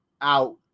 out